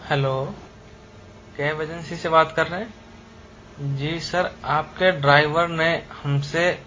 hello cab agency से बात कर रहे हैं जी सर आपके ड्राइवर ने हमसे